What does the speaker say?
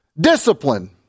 discipline